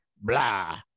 blah